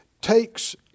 takes